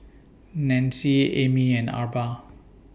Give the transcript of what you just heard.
Nanci Amy and Arba